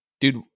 Dude